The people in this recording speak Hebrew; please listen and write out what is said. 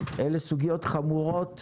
אלה סוגיות חמורות,